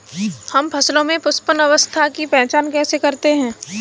हम फसलों में पुष्पन अवस्था की पहचान कैसे करते हैं?